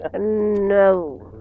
No